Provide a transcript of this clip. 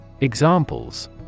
Examples